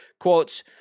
Quote